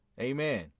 Amen